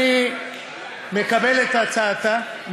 אני מקבל את הצעתה,